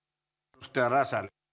herra